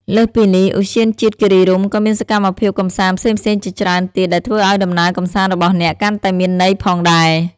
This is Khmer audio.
លើសពីនេះ ឧទ្យានជាតិគិរីរម្យក៏មានសកម្មភាពកម្សាន្តផ្សេងៗជាច្រើនទៀតដែលធ្វើឲ្យដំណើរកម្សាន្តរបស់អ្នកកាន់តែមានន័យផងដែរ។